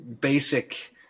basic